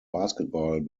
basketball